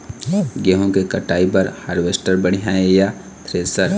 गेहूं के कटाई बर हारवेस्टर बढ़िया ये या थ्रेसर?